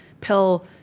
pill